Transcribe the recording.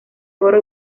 oro